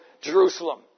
Jerusalem